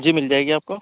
جی مل جائے گی آپ کو